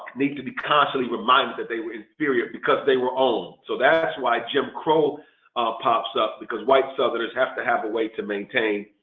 need to be constantly reminded that they were inferior because they were owned so that's why jim crow pops up because white southerners have to have a way to maintain,